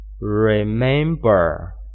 remember